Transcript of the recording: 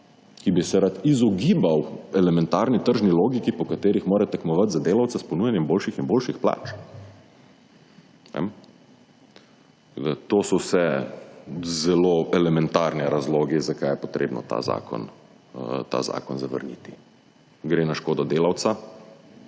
ki bi se rad izogibal elementarni tržni logiki, po katerih mora tekmovati za delavce s ponujanjem boljših in boljših plač. To so vse zelo elementarni razlogi zakaj je treba ta zakona zavrniti. Gre na škodo delavca,